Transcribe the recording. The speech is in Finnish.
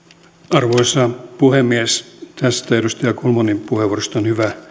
arvoisa puhemies tästä edustaja kulmunin puheenvuorosta on hyvä